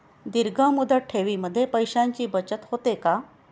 दीर्घ मुदत ठेवीमध्ये पैशांची बचत होते का?